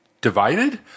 divided